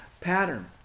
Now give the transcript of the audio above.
pattern